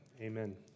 amen